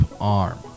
arm